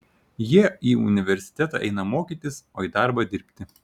jie į universitetą eina mokytis o į darbą dirbti